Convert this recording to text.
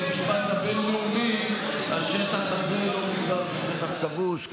אז, את השטח הכבוש.